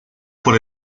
por